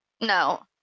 No